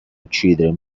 uccidere